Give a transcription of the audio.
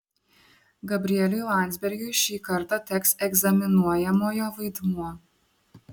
gabrieliui landsbergiui šį kartą teks egzaminuojamojo vaidmuo